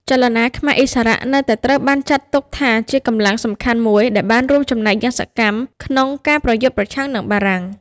ចលនាខ្មែរឥស្សរៈនៅតែត្រូវបានចាត់ទុកថាជាកម្លាំងសំខាន់មួយ ដែលបានរួមចំណែកយ៉ាងសកម្មក្នុងការប្រយុទ្ធប្រឆាំងនឹងបារាំង។